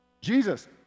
Jesus